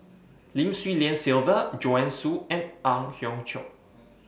Lim Swee Lian Sylvia Joanne Soo and Ang Hiong Chiok